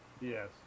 Yes